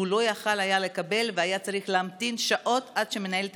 שלא יכול היה לקבל והיה צריך להמתין שעות עד שמנהלת